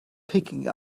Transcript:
picking